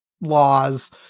laws